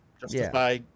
justify